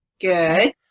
Good